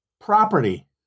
property